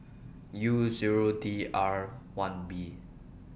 U Zero D R one B